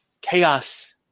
chaos